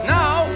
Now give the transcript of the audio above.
now